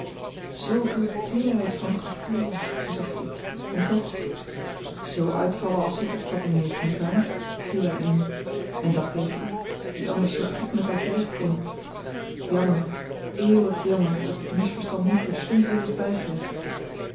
zooveel teerheid van gevoel verzuchtte ik en toch zoo uitvallen als zij eene opvatting heeft niet waar viel hij in en dat tegen u die anders zoo goed met haar terecht kon jammer eeuwig jammer dat het misverstand niet terstond weer is bijgelegd